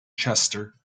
chester